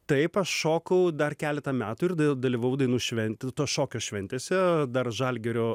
taip aš šokau dar keletą metų ir dalyvavau dainų šventė to šokio šventėse dar žalgirio